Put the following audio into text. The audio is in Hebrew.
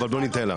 אבל בואי ניתן לה.